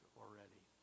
already